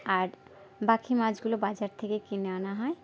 আর বাকি মাছগুলো বাজার থেকে কিনে আনা হয়